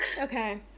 Okay